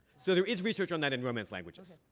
so there is research on that in romance languages.